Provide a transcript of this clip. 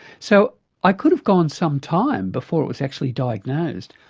so i could have gone some time before it was actually diagnosed.